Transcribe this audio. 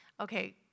okay